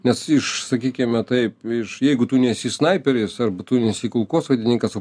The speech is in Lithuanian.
nes iš sakykime taip jeigu tu nesi snaiperis arba tu nesi kulkosvaidininkas o